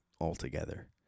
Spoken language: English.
altogether